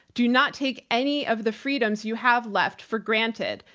do not take any of the freedoms you have left for granted.